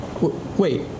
Wait